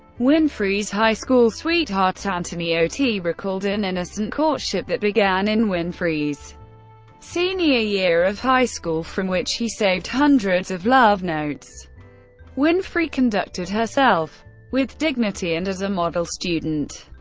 winfrey's high school sweetheart anthony otey recalled an innocent courtship that began in winfrey's senior year of high school, from which he saved hundreds of love notes winfrey conducted herself with dignity and as a model student.